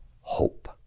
hope